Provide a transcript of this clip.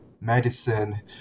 medicine